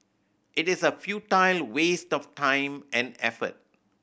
it is a futile waste of time and effort